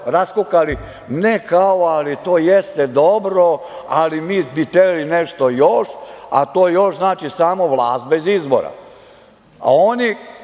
raskukali, ne, kao, ali to jeste dobro, ali mi bi hteli nešto još, a to još znači samo vlast bez izbora.